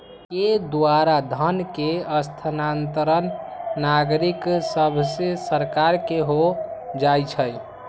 के द्वारा धन के स्थानांतरण नागरिक सभसे सरकार के हो जाइ छइ